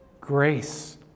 Grace